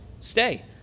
stay